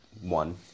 one